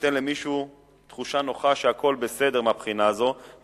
שייתן למישהו תחושה נוחה שהכול בסדר מהבחינה הזו,